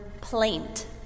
plaint